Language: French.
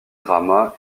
drama